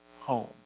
home